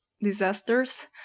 disasters